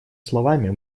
словами